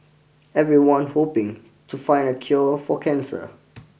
everyone hoping to find a cure for cancer